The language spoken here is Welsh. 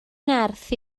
nerth